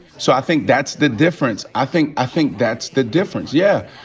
so i think that's the difference. i think i think that's the difference. yeah,